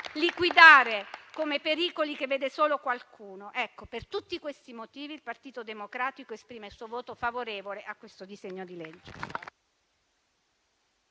liquidarli come pericoli che vede solo qualcuno. Ecco, per tutti questi motivi, il Partito Democratico esprime il suo voto favorevole al disegno di legge